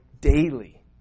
daily